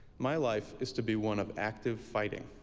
my life is to be one of active fighting.